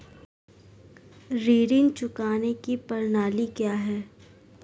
ऋण चुकाने की प्रणाली क्या है?